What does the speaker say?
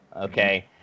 Okay